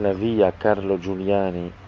ah via carlo giuliani